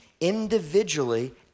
individually